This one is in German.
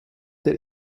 der